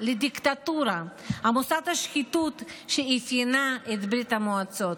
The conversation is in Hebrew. לדיקטטורה עמוסת השחיתות שאפיינה את ברית המועצות.